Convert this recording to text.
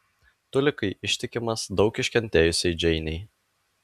tu likai ištikimas daug iškentėjusiai džeinei